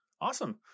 Awesome